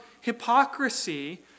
hypocrisy